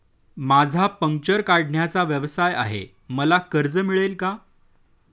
माझा पंक्चर काढण्याचा व्यवसाय आहे मला कर्ज मिळेल का?